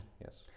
Yes